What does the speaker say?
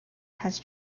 has